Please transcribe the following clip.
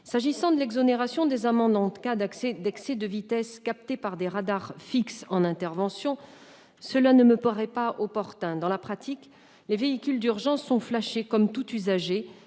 S'agissant de l'exonération des amendes en cas d'excès de vitesse capté par des radars fixes en intervention, cela ne me paraît pas opportun. Dans la pratique, les véhicules d'urgence sont flashés comme tout usager,